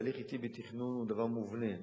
תהליך אטי בתכנון הוא דבר מובנה.